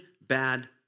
bad